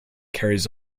carries